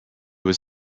was